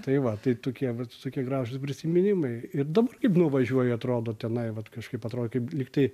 tai va tai tokie vat tokie gražūs prisiminimai ir dabar kaip nuvažiuoji atrodo tenai vat kažkaip atrodo kaip lyg tai